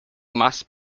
must